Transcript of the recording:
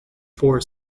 four